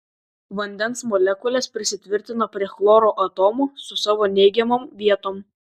vandens molekulės prisitvirtina prie chloro atomų su savo neigiamom vietom